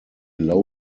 low